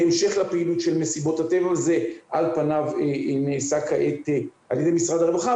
בהמשך לפעילות של מסיבות הטבע וזה על פניו נעשה כעת על ידי משרד הרווחה,